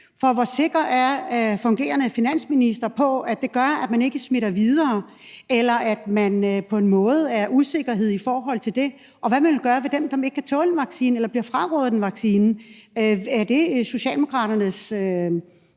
For hvor sikker er den fungerende finansminister på, at man ikke smitter videre, og hvad, hvis man på den måde er usikker i forhold til det? Og hvad vil man gøre i forhold til dem, der ikke kan tåle en vaccine eller bliver frarådet en vaccine? Er det Socialdemokraternes